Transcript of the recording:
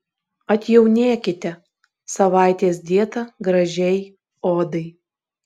atjaunėkite savaitės dieta gražiai odai